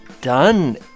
done